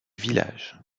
village